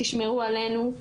שמרו עלינו.